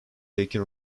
taken